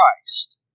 Christ